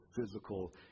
physical